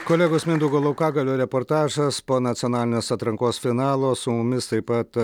kolegos mindaugo laukagalio reportažas po nacionalinės atrankos finalo su mumis taip pat